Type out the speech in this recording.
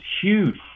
huge